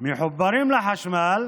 מחוברים לחשמל,